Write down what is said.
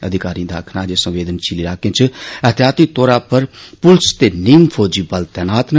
अधिकारिएं दा आक्खना ऐ जे संवेदनशील इलाके च एहतियाती तौरा पर पुलिस ते नीम फौजी बल तैनात न